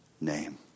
name